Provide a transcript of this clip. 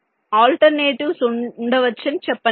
alternatives ఉండవచ్చని చెప్పనివ్వండి